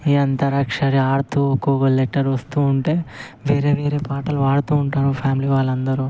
ఈ అంత్యాక్షరి ఆడుతూ ఒకొక్క లెటరు వస్తూ ఉంటే వేరే వేరే పాటలు పాడుతూ ఉంటారు ఫ్యామిలీ వాళ్ళందరూ